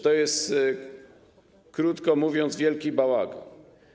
To jest, krótko mówiąc, wielki bałagan.